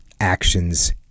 actions